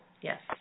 Yes